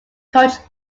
cult